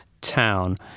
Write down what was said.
town